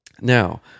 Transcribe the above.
Now